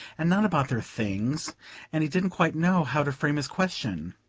and not about their things and he didn't quite know how to frame his question.